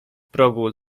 progu